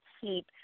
keep